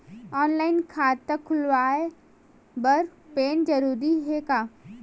Online खाता खुलवाय बर पैन जरूरी हे का?